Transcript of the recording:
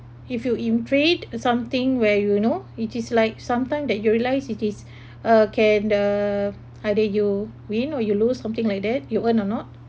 if you in trade something where you know it is like sometime that you'll realise it is a can the either you win or you lose something like that you earn or not